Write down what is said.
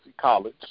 College